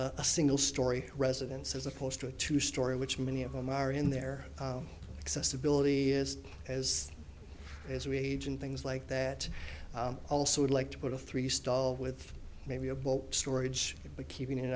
a single story residence as opposed to a two story which many of them are in their accessibility is as as we age and things like that also would like to put a three stall with maybe a ball storage but keeping it